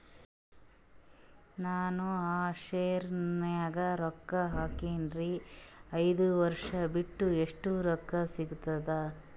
ನಾನು ಆ ಶೇರ ನ್ಯಾಗ ರೊಕ್ಕ ಹಾಕಿನ್ರಿ, ಐದ ವರ್ಷ ಬಿಟ್ಟು ಎಷ್ಟ ರೊಕ್ಕ ಸಿಗ್ತದ?